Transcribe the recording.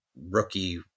rookie